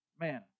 man